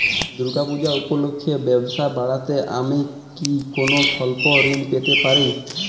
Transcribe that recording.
দূর্গা পূজা উপলক্ষে ব্যবসা বাড়াতে আমি কি কোনো স্বল্প ঋণ পেতে পারি?